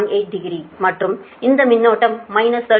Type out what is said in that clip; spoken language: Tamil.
18 டிகிரி மற்றும் இந்த மின்னோட்டம் மைனஸ் 33